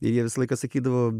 ir jie visą laiką sakydavo